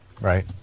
Right